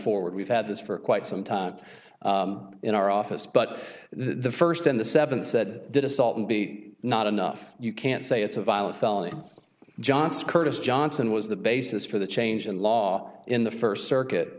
forward we've had this for quite some time in our office but the first in the seven said did assault and beat not enough you can't say it's a violent felony johnson johnson was the basis for the change in law in the first circuit